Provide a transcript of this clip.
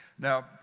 Now